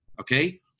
okay